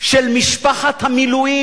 של משפחת המילואים.